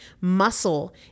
Muscle